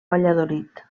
valladolid